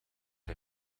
hij